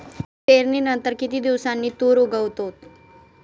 पेरणीनंतर किती दिवसांनी तूर उगवतो?